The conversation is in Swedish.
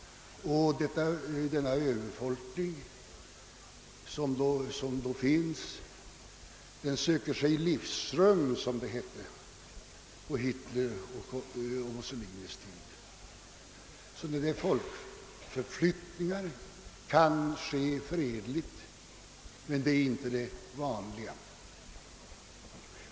Överbefolkningen kommer att söka sig livsrum, som det hette på Hitlers och Mussolinis tid. Folkförflyttningar kan ske fredligt, men det är inte det vanliga.